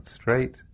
straight